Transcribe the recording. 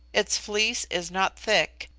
its fleece is not thick,